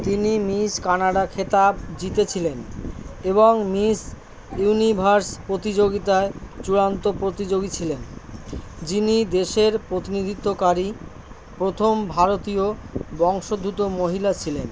তিনি Miss Canada খেতাব জিতেছিলেন এবং মিস ইউনিভার্স প্রতিযোগিতায় চূড়ান্ত প্রতিযোগী ছিলেন যিনি দেশের প্রতিনিধিত্বকারী প্রথম ভারতীয় বংশোদ্ভূত মহিলা ছিলেন